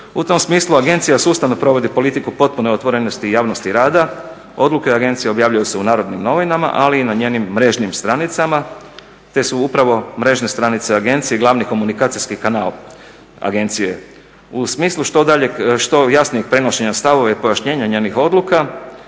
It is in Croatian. U tom smislu agencija sustavno provodi politiku potpune otvorenosti i javnosti rada. Odluke agencije objavljuju se u Narodnim novinama, ali i na njenim mrežnim stranicama, te su upravo mrežne stranice agencije glavni komunikacijski kanal agencije. U smislu što daljeg, što jasnijeg prenošenja stavova i pojašnjenja njenih odluka